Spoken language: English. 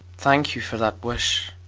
thank you for that wish.